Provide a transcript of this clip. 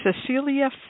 Cecilia